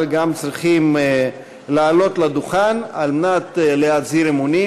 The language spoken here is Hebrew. אבל צריכים לעלות לדוכן על מנת להצהיר אמונים,